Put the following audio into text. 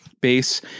base